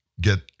get